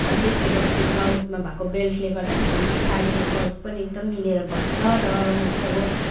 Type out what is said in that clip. त्यसले गर्दा त्यो ब्लाउजमा भएको बेल्टले गर्दाखेरि चाहिँ सारीको फल्स पनि एकदम मिलेर बस्छ र म चाहिँ आअब